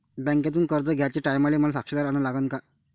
बँकेतून कर्ज घ्याचे टायमाले मले साक्षीदार अन लागन का?